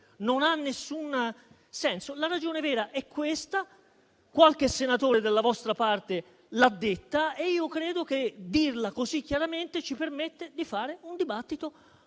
non ha alcun senso. La ragione vera è questa: qualche senatore della vostra parte l'ha detta e credo che dirla così chiaramente ci permette di fare un dibattito